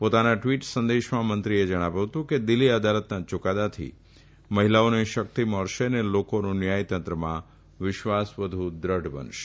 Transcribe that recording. પોતાના ટ્વીટ સંદેશમાં મંત્રીએ જણાવ્યું હતું કે દિલ્હી અદાલતનાં યુકાદાથી મહિલાઓને શક્તિ મળશે અને લોકોનો ન્યાયતંત્રમાં વિશ્વાસ વધુ દૃઢ બનશે